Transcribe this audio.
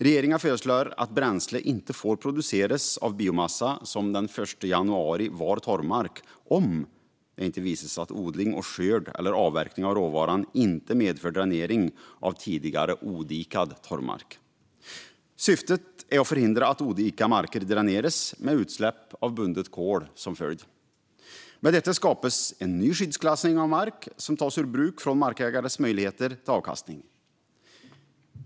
Regeringen föreslår att bränsle inte får produceras av biomassa som den 1 januari 2008 var torvmark, om det inte visas att odling och skörd eller avverkning av råvaran inte medför dränering av tidigare odikad torvmark. Syftet är att förhindra att odikade marker dräneras med utsläpp av bundet kol som följd. Med detta skapas en ny skyddsklassning av mark som tas ur bruk från markägares möjligheter till avkastning.